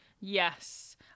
Yes